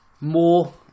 more